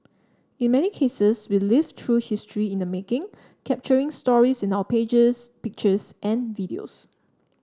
in many cases we live through history in the making capturing stories in our pages pictures and videos